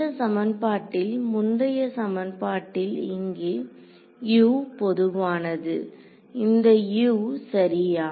இந்த சமன்பாட்டில் முந்தைய சமன்பாட்டில் இங்கே U பொதுவானதுஇந்த U சரியா